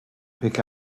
pick